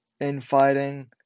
infighting